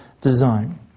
design